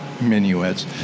minuets